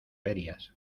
ferias